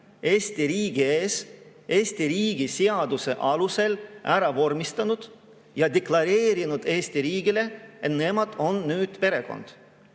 Eesti riigis Eesti riigi seaduse alusel ära vormistanud ja deklareerinud Eesti riigile, et nemad on nüüd perekond.